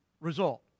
result